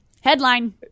Headline